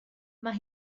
mae